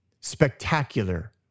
spectacular